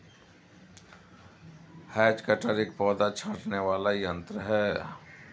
has cutter एक पौधा छाँटने वाला यन्त्र है